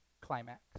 climax